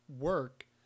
work